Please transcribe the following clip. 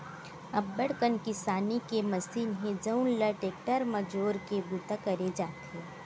अब्बड़ कन किसानी के मसीन हे जउन ल टेक्टर म जोरके बूता करे जाथे